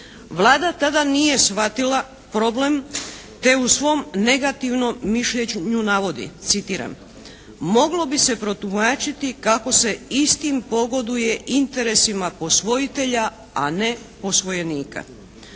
Vlada tada nije shvatila problem te u svom negativnom mišljenju navodi, citiram: "Moglo bi se protumačiti kako se istim pogoduje interesima posvojitelja, a ne posvojenika."